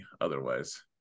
otherwise